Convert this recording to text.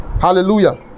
hallelujah